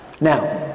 Now